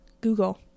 Google